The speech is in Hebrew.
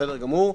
בסדר גמור.